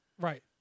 Right